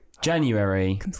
January